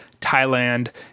Thailand